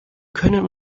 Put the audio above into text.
können